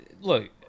Look